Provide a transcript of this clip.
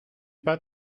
pas